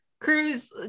Cruz